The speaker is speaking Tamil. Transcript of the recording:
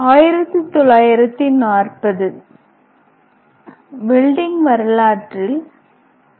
1940 வெல்டிங் வரலாற்றில் ஜி